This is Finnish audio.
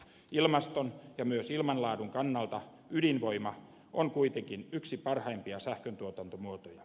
ilmaston ja myös ilman laadun kannalta ydinvoima on kuitenkin yksi parhaimpia sähköntuotantomuotoja